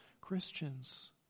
Christians